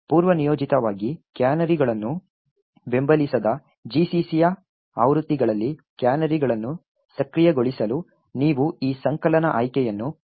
ಪೂರ್ವನಿಯೋಜಿತವಾಗಿ ಕ್ಯಾನರಿಗಳನ್ನು ಬೆಂಬಲಿಸದ GCC ಯ ಆವೃತ್ತಿಗಳಲ್ಲಿ ಕ್ಯಾನರಿಗಳನ್ನು ಸಕ್ರಿಯಗೊಳಿಸಲು ನೀವು ಈ ಸಂಕಲನ ಆಯ್ಕೆಯನ್ನು f stack protector ಅನ್ನು ಸೇರಿಸಬಹುದು